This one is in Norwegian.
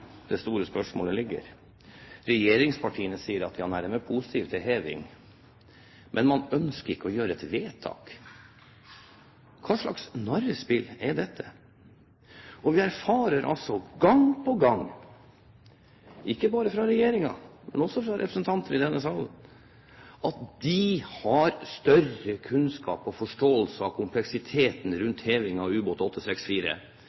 det store spørsmålet ligger. Regjeringspartiene sier at man er positiv til heving, men man ønsker ikke å gjøre et vedtak. Hva slags narrespill er dette? Vi erfarer altså gang på gang – ikke bare fra regjeringen, men også fra representanter i denne salen – at de har større kunnskap og forståelse av kompleksiteten